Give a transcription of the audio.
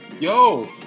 yo